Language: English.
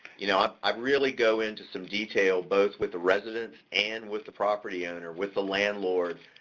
you know, ah i really go into some detail both with the residents and with the property owner, with the landlord.